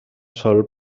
sol